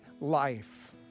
life